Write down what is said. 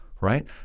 right